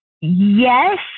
Yes